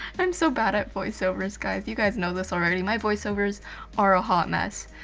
i'm so bad at voiceovers, guys, you guys know this already. my voiceovers are a hot mess.